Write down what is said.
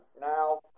now